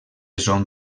son